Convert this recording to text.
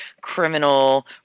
criminal